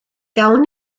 gawn